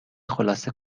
خلاصه